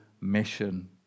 mission